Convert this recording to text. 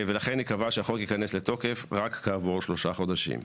ולכן היא קבעה שהחוק ייכנס לתוקף רק כעבור שלושה חודשים.